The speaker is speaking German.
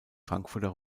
frankfurter